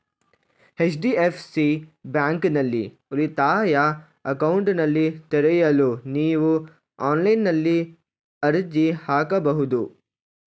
HDFC ಬ್ಯಾಂಕ್ನಲ್ಲಿ ಉಳಿತಾಯ ಅಕೌಂಟ್ನನ್ನ ತೆರೆಯಲು ನೀವು ಆನ್ಲೈನ್ನಲ್ಲಿ ಅರ್ಜಿ ಹಾಕಬಹುದು